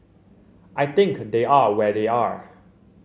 I think they are where they are